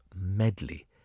medley